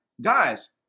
guys